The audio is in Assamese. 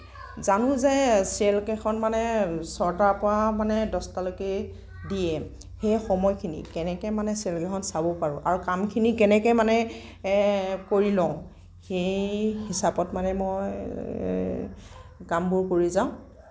জানোঁ যে চিৰিয়েলকেইখন মানে ছটাৰ পৰা মানে দহটালৈকে দিয়ে সেই সময়খিনি কেনেকে মানে চিৰিয়েলকেইখন চাব পাৰোঁ আৰু কামখিনি কেনেকে মানে কৰি লওঁ সেই হিচাপত মানে মই কামবোৰ কৰি যাওঁ